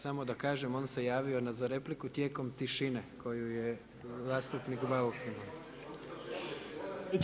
Samo da kažem on se javio za repliku tijekom tišine koju je zastupnik Bauk imao.